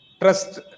trust